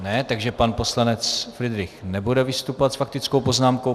Ne, takže pan poslanec Fridrich nebude vystupovat s faktickou poznámkou.